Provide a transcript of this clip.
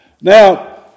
now